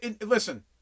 listen